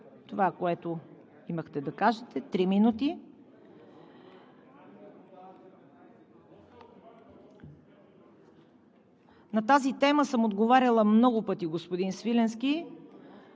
това което имахте да кажете – 3 минути. На тази тема съм отговаряла много пъти, господин Свиленски.